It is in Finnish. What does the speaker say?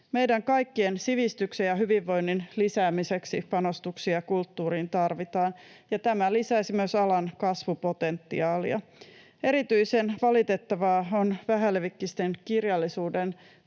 Meidän kaikkien sivistyksen ja hyvinvoinnin lisäämiseksi panostuksia kulttuuriin tarvitaan, ja tämä lisäisi myös alan kasvupotentiaalia. Erityisen valitettava on vähälevikkisen kirjallisuuden